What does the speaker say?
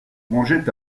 mangeait